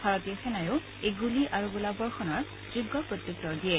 ভাৰতীয় সেনায়ো এই গুলী আৰু গোলা বৰ্ষণৰ যোগ্য প্ৰত্যুত্তৰ দিয়ে